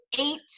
eight